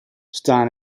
stan